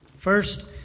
First